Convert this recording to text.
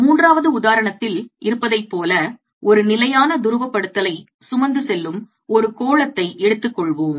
மூன்றாவது உதாரணத்தில் இருப்பதைப் போல ஒரு நிலையான துருவப்படுத்தலைச் சுமந்து செல்லும் ஒரு கோளத்தை எடுத்துக் கொள்வோம்